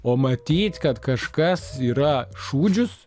o matyt kad kažkas yra šūdžius